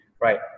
right